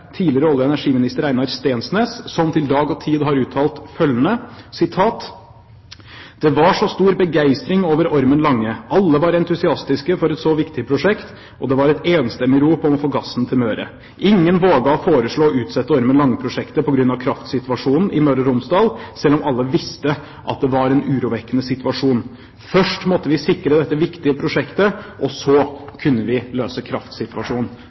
energiminister Einar Steensnæs, som til Dag og Tid har uttalt følgende: «Det var så stor begeistring over Ormen Lange. Alle var entusiastiske for et så viktig prosjekt, og det var et enstemmig rop om å få gassen til Møre. Ingen våget å foreslå å utsette Ormen Lange-prosjektet på grunn av kraftsituasjonen i Møre og Romsdal, selv om alle visste at det var en urovekkende situasjon. Først måtte vi sikre dette viktige prosjektet, og så kunne vi løse kraftsituasjonen.»